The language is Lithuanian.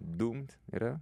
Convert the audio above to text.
dumt yra